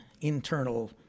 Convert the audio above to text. internal